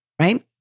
right